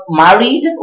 married